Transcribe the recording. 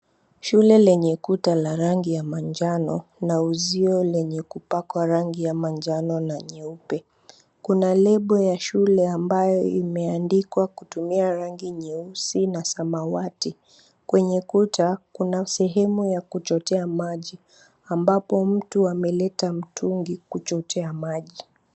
Shule lenye kuta la rangi ya manjano na uzio lenye kupakwa rangi ya manjano na nyeupe. Kuna lebo ya shule ambayo imeandikwa kutumia rangi nyeusi na samawati. Kwenye kuta, kuna sehemu ya kuchotea maji, ambapo mtu ameleta mtungi kuchotea maji.